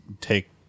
take